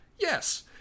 Yes